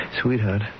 Sweetheart